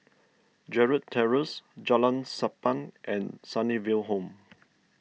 Gerald Terrace Jalan Sappan and Sunnyville Home